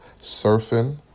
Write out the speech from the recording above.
surfing